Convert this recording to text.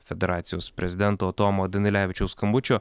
federacijos prezidento tomo danilevičiaus skambučio